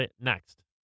next